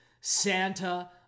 Santa